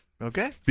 Okay